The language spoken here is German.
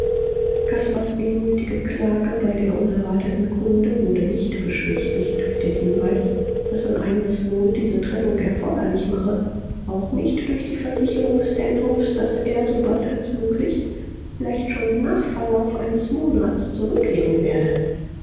caspars wehmütige klage bei der unerwarteten kunde wurde nicht beschwichtigt durch den hinweis daß sein eignes wohl diese trennung erforderlich mache auch nicht durch die versicherung stanhopes daß er sobald als möglich vielleicht schon nach verlauf eines monats zurückkehren werde